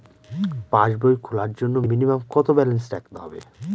পাসবই খোলার জন্য মিনিমাম কত ব্যালেন্স রাখতে হবে?